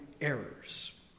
errors